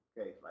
Okay